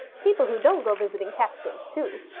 people who don't go visiting catch things, too.